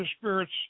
spirits